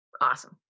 Awesome